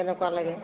কেনেকুৱা লাগে